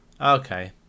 Okay